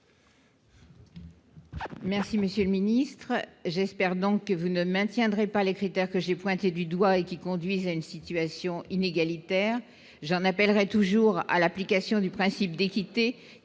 Merci monsieur le ministre, j'espère donc que vous ne maintiendrait pas les critères que j'ai pointé du doigt et qui conduisent à une situation inégalitaire j'en appellerai toujours à l'application du principe d'équité